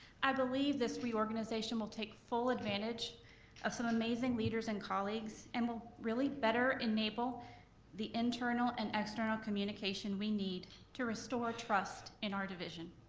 i believe this reorganization will take full advantage of some amazing leaders and colleagues, and will really better enable the internal and external communication we need to restore trust in our division,